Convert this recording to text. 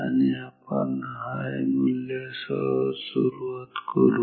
तर आपण हाय मूल्यासह सुरुवात करू